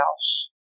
house